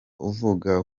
uwavuga